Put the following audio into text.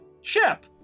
ship